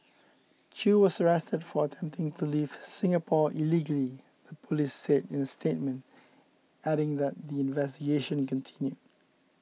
Chew was arrested for attempting to leave Singapore illegally the police said in a statement adding that their investigation continued